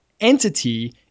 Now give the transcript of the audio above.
entity